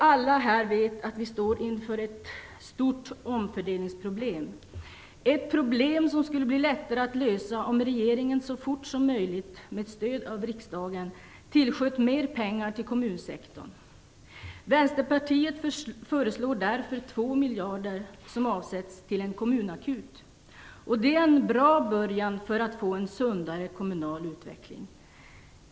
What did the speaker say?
Alla här vet att vi står inför ett stort omfördelningsproblem, ett problem som skulle bli lättare att lösa om regeringen så fort som möjligt, med stöd av riksdagen, tillsköt mer pengar till kommunsektorn. Vänsterpartiet föreslår därför att 2 miljarder avsätts till en kommunakut. Det är en bra början på vägen mot en sundare kommunal utveckling.